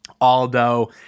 Aldo